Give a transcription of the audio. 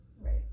right